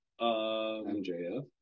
MJF